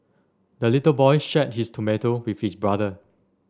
the little boy shared his tomato with his brother